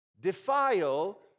defile